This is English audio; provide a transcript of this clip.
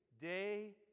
day